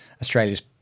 Australia's